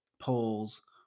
polls